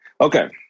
Okay